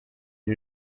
iri